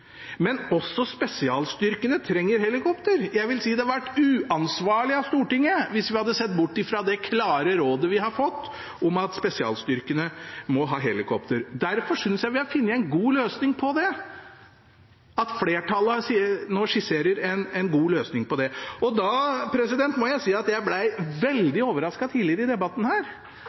Men også spesialstyrkene trenger helikopter. Jeg vil si at det hadde vært uansvarlig av Stortinget hvis vi hadde sett bort fra det klare rådet vi har fått om at spesialstyrkene må ha helikopter. Derfor synes jeg vi har funnet en god løsning på det, at flertallet nå skisserer en god løsning. Da må jeg si at jeg ble veldig overrasket tidligere i debatten